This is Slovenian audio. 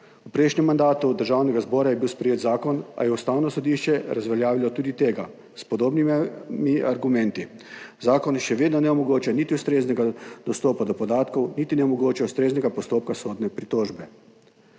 V prejšnjem mandatu državnega zbora je bil sprejet zakon, a je Ustavno sodišče razveljavilo tudi tega s podobnimi argumenti. Zakon še vedno ne omogoča niti ustreznega dostopa do podatkov niti ne omogoča ustreznega postopka sodne pritožbe.